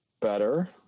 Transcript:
better